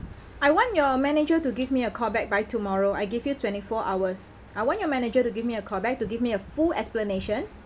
I want your manager to give me a call back by tomorrow I give you twenty four hours I want your manager to give me a call back to give me a full explanation